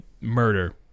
murder